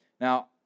Now